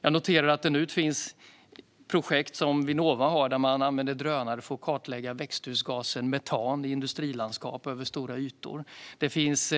Jag noterar att Vinnova nu har projekt där man använder drönare för att kartlägga växthusgasen metan i industrilandskap över stora ytor. Det finns